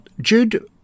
Jude